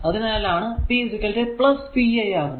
അതിനാലാണ് pvi ആകുന്നത്